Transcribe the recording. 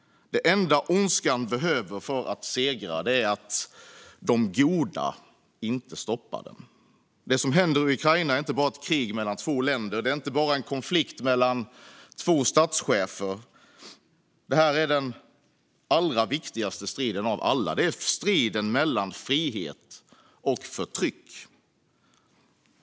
Det enda ondskan behöver för att segra är att de goda inte stoppar den. Det som händer i Ukraina är inte bara ett krig mellan två länder. Det är inte bara en konflikt mellan två statschefer. Detta är den allra viktigaste striden av alla. Det är striden mellan frihet och förtryck.